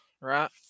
right